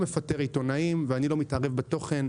אני לא מפטר עיתונאים, ואני לא מתערב בתוכן.